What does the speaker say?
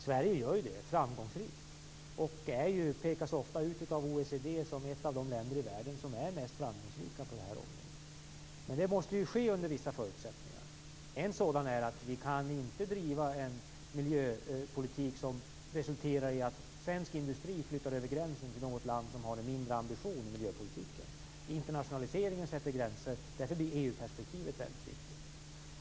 Sverige gör det, framgångsrikt, och pekas ofta av OECD ut som ett av de länder i världen som är mest framgångsrika på det här området. Men det måste ske under vissa förutsättningar. En sådan är att vi inte kan driva en miljöpolitik som resulterar i att svensk industri flyttar över gränsen till något land som har lägre ambitioner i miljöpolitiken. Internationaliseringen sätter gränser. Därför blir EU-perspektivet väldigt viktigt.